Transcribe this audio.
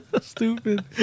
stupid